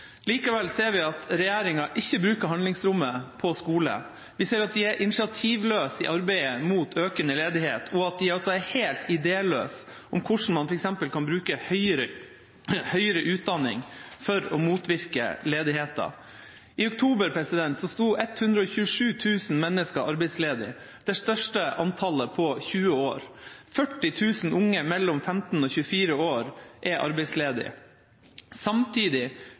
Likevel ser vi at regjeringa ikke bruker handlingsrommet på skole. Vi ser at de er initiativløse i arbeidet mot økende ledighet, og at de er helt idéløse om hvordan man f.eks. kan bruke høyere utdanning for å motvirke ledigheten. I oktober sto 127 000 mennesker arbeidsledig, det største antallet på 20 år. 40 000 unge mellom 15 og 24 år er arbeidsledige. Samtidig